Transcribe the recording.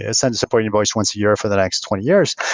ah send a support invoice once a year for the next twenty years.